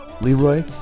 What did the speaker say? Leroy